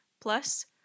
Plus